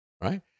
right